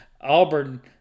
Auburn